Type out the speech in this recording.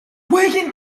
wiggin